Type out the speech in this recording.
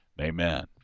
Amen